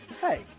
Hey